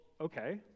okay